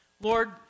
Lord